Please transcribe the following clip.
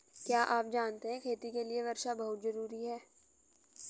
क्या आप जानते है खेती के लिर वर्षा बहुत ज़रूरी है?